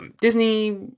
Disney